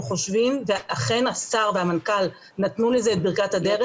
ואכן השר והמנכ"ל נתנו לזה את ברכת הדרך,